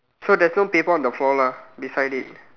so there's no paper on the floor lah beside it